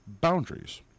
boundaries